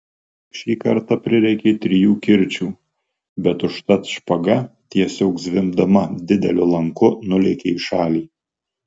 šį kartą prireikė trijų kirčių bet užtat špaga tiesiog zvimbdama dideliu lanku nulėkė į šalį